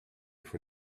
for